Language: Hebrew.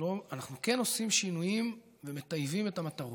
אנחנו כן עושים שינויים ומטייבים את המטרות.